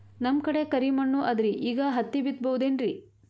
ನಮ್ ಕಡೆ ಕರಿ ಮಣ್ಣು ಅದರಿ, ಈಗ ಹತ್ತಿ ಬಿತ್ತಬಹುದು ಏನ್ರೀ?